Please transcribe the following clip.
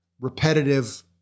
repetitive